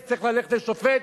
היא תצטרך ללכת לשופט,